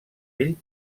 ell